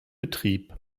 betrieb